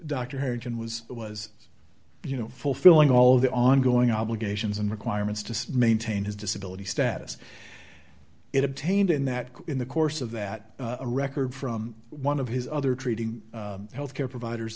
dr harrington was that was you know fulfilling all of the ongoing obligations and requirements to maintain his disability status it obtained in that in the course of that a record from one of his other treating health care providers